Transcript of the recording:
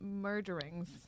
murderings